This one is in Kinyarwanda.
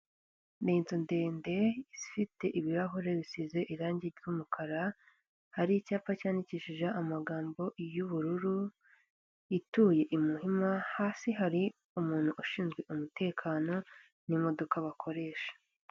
Ni inzu ndende ifite ibirahure bisize irangi ry'umukara hari icyapa cyandikishije amagambo y'ubururu ituye i Muhima hasi hari umuntu ushinzwe umutekano n'imodoka bakoresha.